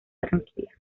tranquila